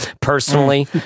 personally